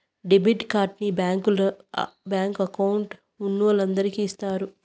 debit కార్డుని bank account ఉన్నోలందరికి ఇత్తారు